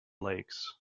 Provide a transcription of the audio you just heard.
lakes